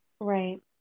Right